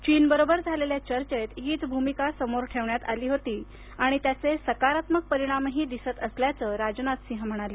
चीनबरोबर झालेल्या चर्चेत हीच भूमिका समोर ठेवण्यात आली होती आणि त्याचे सकारात्मक परिणामही दिसत असल्याचं राजनाथ सिंह म्हणाले